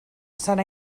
serà